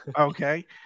okay